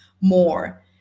more